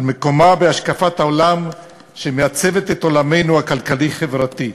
על מקומה בהשקפת העולם שמעצבת את עולמנו הכלכלי-חברתי.